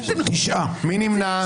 9 נמנעים,